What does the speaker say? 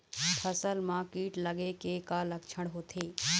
फसल म कीट लगे के का लक्षण होथे?